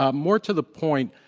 um more to the point,